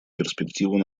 перспективу